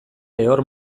lehor